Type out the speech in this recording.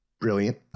Brilliant